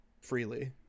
freely